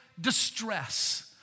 distress